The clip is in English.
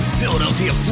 Philadelphia